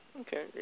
Okay